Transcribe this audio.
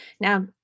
now